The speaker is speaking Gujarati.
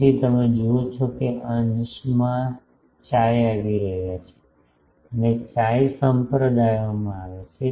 તેથી તમે જુઓ છો કે અંશમાં chi આવી રહ્યા છે અહીં chi સંપ્રદાયોમાં આવે છે